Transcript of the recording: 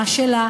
מה שלה,